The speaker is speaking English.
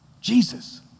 Jesus